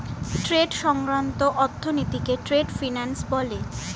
trade সংক্রান্ত অর্থনীতিকে trade finance বলে